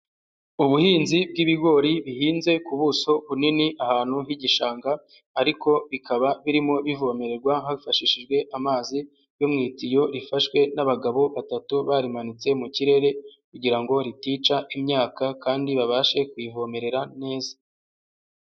Ubuhinzi bw'ibigori bihinze ku buso bunini ahantu h'igishanga ariko bikaba birimo bivomererwa hifashishijwe amazi yo mu itiyo rifashwe n'abagabo batatu, barimanitse mu kirere kugira ngo ritica imyaka kandi babashe kuyivomerera neza.